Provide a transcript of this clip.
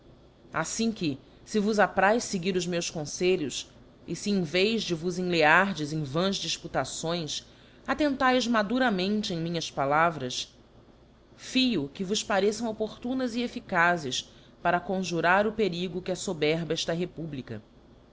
aflim que fe vos apçaz feguir os meus confelhos e fe em vez de vos enleardes em vãs difputações attentaes maduramente em minhas palavras fio que vos pareçam opportunas e efficazes para conjurar o perigo que aífoberba efta republica